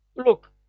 Look